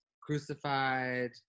crucified